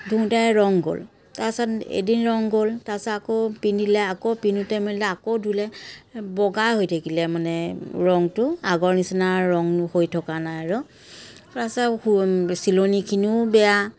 ধুওতে ৰং গ'ল তাৰ পিছত এদিন ৰং গ'ল তাৰ পিছত আকৌ পিন্ধিলে আকৌ পিন্ধোতে মেলোঁতে আকৌ ধুলে বগা হৈ থাকিলে মানে ৰংটো আগৰ নিচিনা ৰং হৈ থকা নাই আৰু তাৰ পিছত চিলনিখিনিও বেয়া